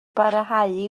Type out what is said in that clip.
barhau